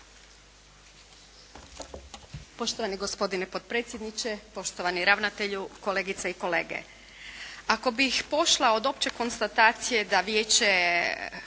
Poštovani gospodine potpredsjedniče, poštovani ravnatelju, kolegice i kolege. Ako bih pošla od opće konstatacije da Vijeće